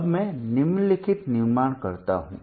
अब मैं निम्नलिखित निर्माण करता हूं